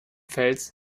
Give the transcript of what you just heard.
fels